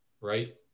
right